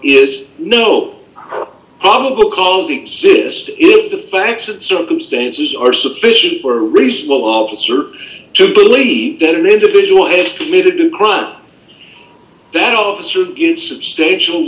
is no probable cause of the system if the facts and circumstances are sufficient for reasonable officer to believe that an individual has committed a crime that officer gets substantial